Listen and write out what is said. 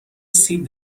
سیب